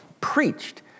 preached